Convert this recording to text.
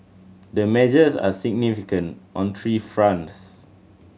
the measures are significant on three fronts